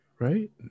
Right